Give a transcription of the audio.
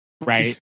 right